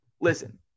Listen